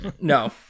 No